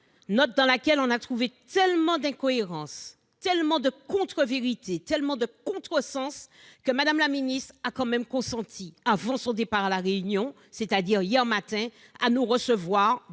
note dans laquelle on a trouvé tellement d'incohérences, tellement de contre-vérités, tellement de contresens que Mme la ministre a finalement dû consentir, avant son départ à La Réunion, hier matin, à nous recevoir